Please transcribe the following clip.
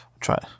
try